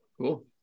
cool